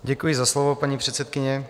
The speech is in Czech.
Děkuji za slovo, paní předsedkyně.